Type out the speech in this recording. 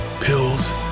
pills